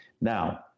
Now